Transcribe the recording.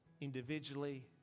individually